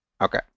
Okay